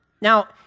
Now